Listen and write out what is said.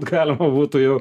galima būtų jau